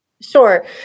Sure